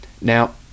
Now